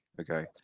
Okay